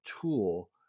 tool